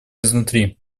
изнутри